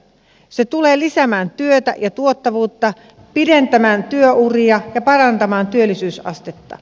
se tulee lisäämään työtä ja tuottavuutta pidentämään työuria ja parantamaan työllisyysastetta